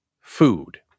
food